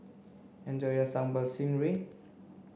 enjoy your sambal stingray